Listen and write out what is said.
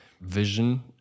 vision